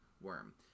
worm